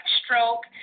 stroke